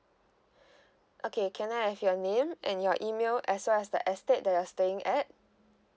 okay can I have your name and your E mail as well as the estate that you're staying at